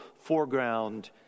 foreground